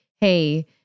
hey—